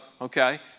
Okay